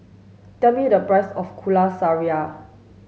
tell me the price of Kuih Syara